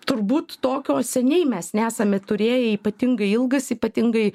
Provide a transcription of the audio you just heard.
turbūt tokio seniai mes nesame turėję ypatingai ilgas ypatingai